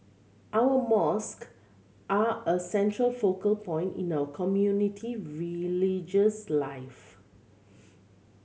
our mosque are a central focal point in our community religious life